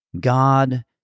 God